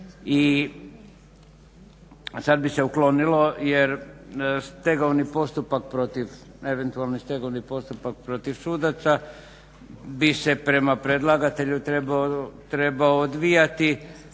protiv eventualni stegovni postupak protiv sudaca bi se prema predlagatelju trebao odvijati